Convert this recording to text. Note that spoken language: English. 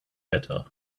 better